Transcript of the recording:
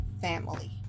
family